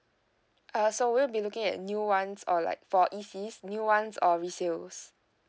uh so we'll be looking at new ones or like for E_C new ones or resales